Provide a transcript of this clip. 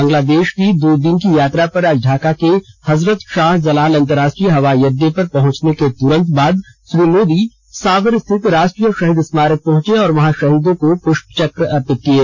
बंगलादेश की दो दिन की यात्रा पर आज ढाका के हजरत शाह जलाल अन्तर्राष्ट्रीय हवाई अडडे पर पहंचने के तुरंत बाद श्री मोदी सावर स्थित राष्ट्रीय शहीद स्मारक पहंचे और वहां शहीदों को पृष्पचक्र अर्पित किये